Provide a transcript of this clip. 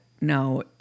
no